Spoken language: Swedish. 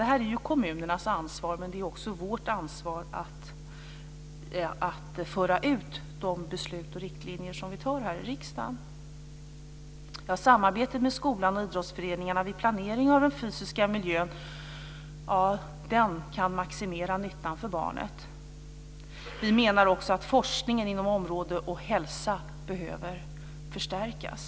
Det här är ju kommunernas ansvar, men det är också vårt ansvar att föra ut de beslut som vi fattar och de riktlinjer som vi bestämmer här i riksdagen. Samarbete med skolan och idrottsföreningarna vid planering av den fysiska miljön kan maximera nyttan för barnet.